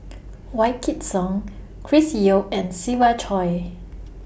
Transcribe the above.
Wykidd Song Chris Yeo and Siva Choy